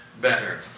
better